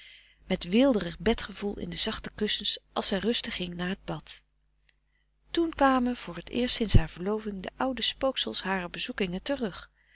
met weelderig bed gevoel in de zachte kussens als zij rusten ging na t bad toen kwamen voor het eerst sinds haar verloving de oude spooksels harer bezoekingen terug